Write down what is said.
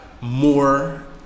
more